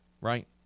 right